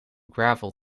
gravel